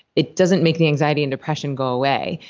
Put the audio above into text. it doesn't make the anxiety and depression go away.